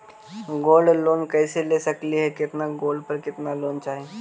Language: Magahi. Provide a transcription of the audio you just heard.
गोल्ड लोन कैसे ले सकली हे, कितना गोल्ड पर कितना लोन चाही?